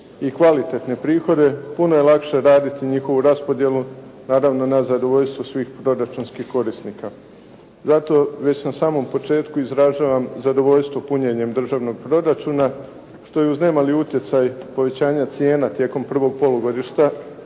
i kvalitetne prihode puno je lakše raditi njihovu raspodjelu naravno na zadovoljstvo svih proračunskih korisnika. Zato već na samom početku izražavam zadovoljstvo punjenjem državnog proračuna što je uz ne mali utjecaj povećanja cijena tijekom prvog polugodišta